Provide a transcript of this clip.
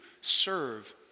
serve